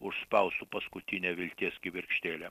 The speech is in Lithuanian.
užspaustų paskutinę vilties kibirkštėlę